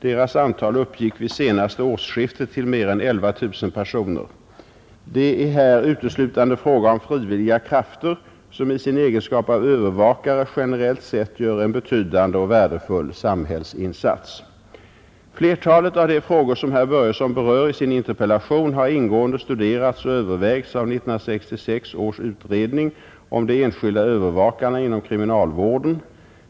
Deras antal uppgick vid senaste årsskifte till mer än 11 000 personer. Det är här uteslutande fråga om frivilliga krafter som i sin egenskap av övervakare generellt sett gör en betydande och värdefull samhällsinsats. Flertalet av de frågor herr Börjesson berör i sin interpellation har ingående studerats och övervägts av 1966 års utredning om de enskilda övervakarna inom kriminalvården.